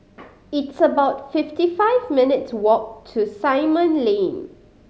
it's about fifty five minutes' walk to Simon Lane